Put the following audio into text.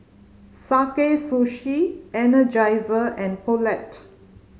Sakae Sushi Energizer and Poulet